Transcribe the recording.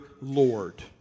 Lord